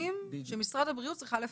האנשים שמשרד הבריאות צריך לפנות.